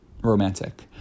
romantic